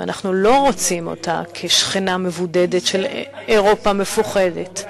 ואנחנו לא רוצים אותה כשכנה מבודדת של אירופה מפוחדת,